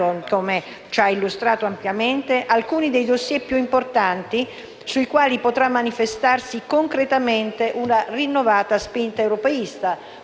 sui quali potrà manifestarsi concretamente una rinnovata spinta europeista, pur con i tempi e la gradualità propria delle istituzioni europee.